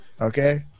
Okay